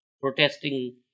protesting